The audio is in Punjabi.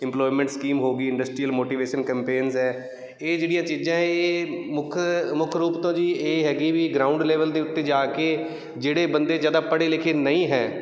ਇੰਪਲੋਮੈਂਟ ਸਕੀਮ ਹੋ ਗਈ ਇੰਡਸਟਰੀਅਲ ਮੋਟੀਵੇਸ਼ਨ ਕਪੇਨਸ ਹੈ ਇਹ ਜਿਹੜੀਆਂ ਚੀਜ਼ਾਂ ਇਹ ਮੁੱਖ ਮੁੱਖ ਰੂਪ ਤੋਂ ਜੀ ਇਹ ਹੈਗੀ ਵੀ ਗਰਾਊਂਡ ਲੈਵਲ ਦੇ ਉੱਤੇ ਜਾ ਕੇ ਜਿਹੜੇ ਬੰਦੇ ਜ਼ਿਆਦਾ ਪੜ੍ਹੇ ਲਿਖੇ ਨਹੀਂ ਹੈ